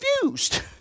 confused